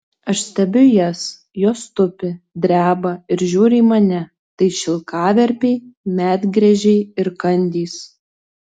aš stebiu jas jos tupi dreba ir žiūri į mane tai šilkaverpiai medgręžiai ir kandys